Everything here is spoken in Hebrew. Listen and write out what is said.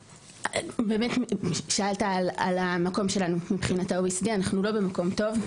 אתה באמת שאלת על המקום שלנו מבחינת ה-OECD אנחנו לא במקום טוב,